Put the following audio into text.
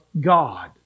God